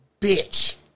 bitch